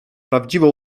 prawdziwą